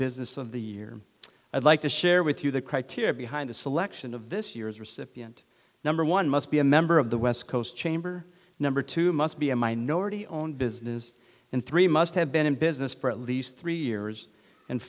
business of the year i'd like to share with you the criteria behind the selection of this year's recipient number one must be a member of the west coast chamber number two must be a minority owned business and three must have been in business for at least three years and